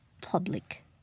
public